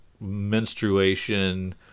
menstruation